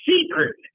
Secret